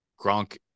Gronk